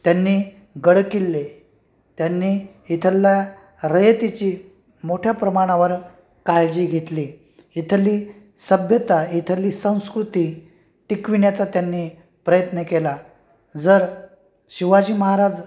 त्यांनी गडकिल्ले त्यांनी इथल्या रयतेची मोठ्या प्रमाणावर काळजी घेतली इथली सभ्यता इथली संस्कृती टिकविण्याचा त्यांनी प्रयत्न केला जर शिवाजी महाराज